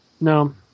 No